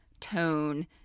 tone